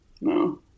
no